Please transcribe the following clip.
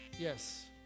yes